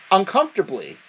uncomfortably